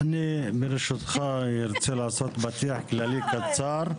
אני, ברשותך, ארצה לעשות פתיח כללי קצר,